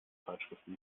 zeitschriften